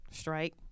strike